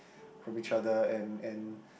from each other and and